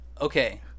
okay